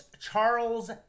Charles